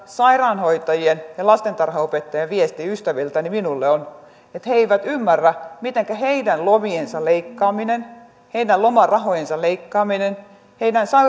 sairaanhoitajien ja lastentarhanopettajien viesti ystäviltäni minulle on että he eivät ymmärrä mitenkä heidän lomiensa leikkaaminen heidän lomarahojensa leikkaaminen heidän